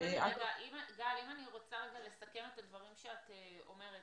אם אני רוצה רגע לסכם את הדברים שאת אומרת,